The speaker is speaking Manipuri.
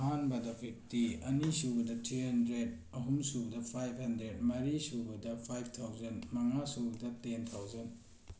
ꯑꯍꯥꯟꯕꯗ ꯐꯤꯐꯇꯤ ꯑꯅꯤ ꯁꯨꯕꯗ ꯊ꯭ꯔꯤ ꯍꯟꯗ꯭ꯔꯦꯠ ꯑꯍꯨꯝ ꯁꯨꯕꯗ ꯐꯥꯏꯚ ꯍꯟꯗ꯭ꯔꯦꯠ ꯃꯔꯤ ꯁꯨꯕꯗ ꯐꯥꯏꯚ ꯊꯥꯎꯖꯟ ꯃꯉꯥ ꯁꯨꯕꯗ ꯇꯦꯟ ꯊꯥꯎꯖꯟ